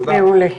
תודה רבה.